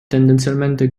tendenzialmente